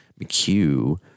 McHugh